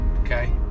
okay